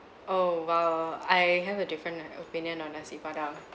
oh !wow! I have a different like opinion on nasi padang